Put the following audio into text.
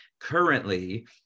Currently